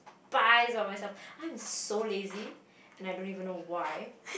despise of myself I am so lazy and I don't even know why